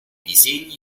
disegni